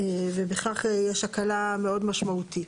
ובכך יש הקלה מאוד משמעותי.